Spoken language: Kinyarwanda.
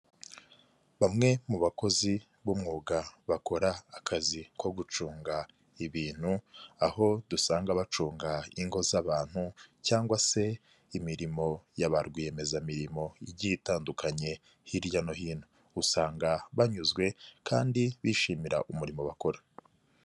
Bamwe mu bakozi b'umwuga bakora akazi ko gucunga ibintu, aho dusanga bacunga ingo z'abantu cyangwa se imirimo ya ba rwiyemeza mirimo igiye itandukanye hirya no hino, usanga banyuzwe kandi bishimira umurimo bakora.